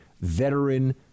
veteran